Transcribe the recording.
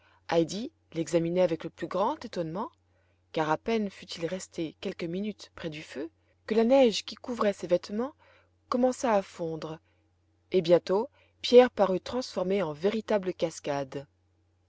heidi l'examinait avec le plus grand étonnement car à peine fut-il resté quelques minutes près du feu que la neige qui couvrait ses vêtements commença à fondre et bientôt pierre parut transformé en véritable cascade